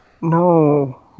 No